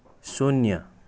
शून्य